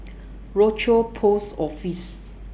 Rochor Post Office